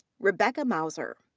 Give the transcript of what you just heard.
rebecca mauser.